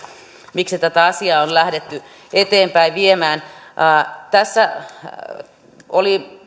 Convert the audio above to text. miksi tätä asiaa on lähdetty eteenpäin viemään perustuslakivaliokunnassa oli